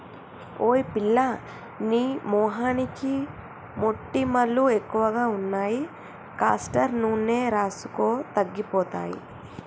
ఓయ్ పిల్లా నీ మొహానికి మొటిమలు ఎక్కువగా ఉన్నాయి కాస్టర్ నూనె రాసుకో తగ్గిపోతాయి